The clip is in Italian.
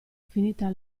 infinita